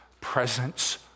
presence